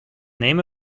name